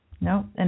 No